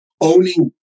owning